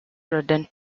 rodent